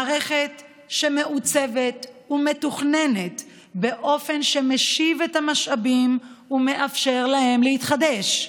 מערכת שמעוצבת ומתוכננת באופן שמשיב את המשאבים ומאפשר להם להתחדש.